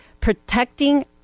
protecting